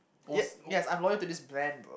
yup yes I'm loyal to this brand bro